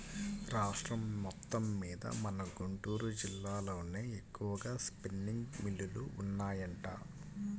రాష్ట్రం మొత్తమ్మీద మన గుంటూరు జిల్లాలోనే ఎక్కువగా స్పిన్నింగ్ మిల్లులు ఉన్నాయంట